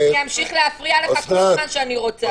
אני אמשיך להפריע לך כל זמן שאני רוצה.